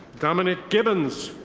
dominic gibbons.